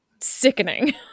sickening